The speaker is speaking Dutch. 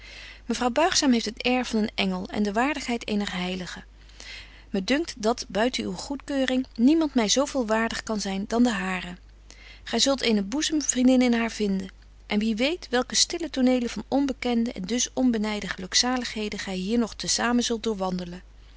mevrouw buigzaam heeft het air van een engel en de waardigheid eener heilige me dunkt dat buiten uwe goedkeuring niemands my zo veel waardig kan zyn dan de hare gy zult eene boezem vriendin in haar vinden en wie weet welke stille tonelen van onbekende en dus onbenyde gelukzaligheden gy hier nog te samen zult doorwandelen